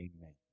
Amen